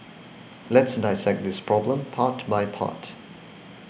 let's dissect this problem part by part